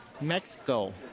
mexico